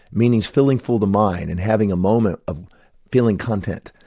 meaning filling for the mind, and having a moment of feeling content,